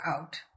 out